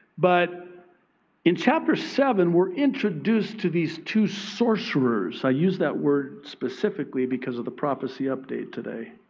but in chapter seven we're introduced to these two sorcerers. i use that word specifically because of the prophecy update today.